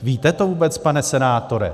Víte to vůbec, pane senátore?